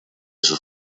sus